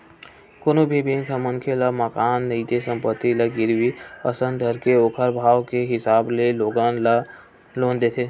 कोनो भी बेंक ह मनखे ल मकान नइते संपत्ति ल गिरवी असन धरके ओखर भाव के हिसाब ले लोगन ल लोन देथे